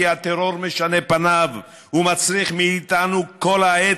כי הטרור משנה פניו ומצריך מאיתנו כל העת